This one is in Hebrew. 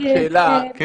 צביקה, רק שאלה או רעיון.